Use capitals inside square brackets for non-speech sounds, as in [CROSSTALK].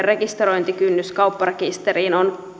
[UNINTELLIGIBLE] rekisteröintikynnys kaupparekisteriin on